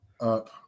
up